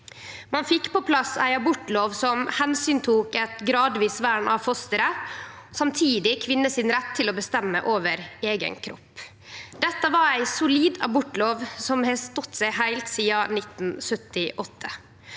Ein fekk på plass ei abortlov som tok omsyn til eit gradvis vern av fosteret og samtidig kvinner sin rett til å bestemme over eigen kropp. Dette var ei solid abortlov, som har stått seg heilt sidan 1978.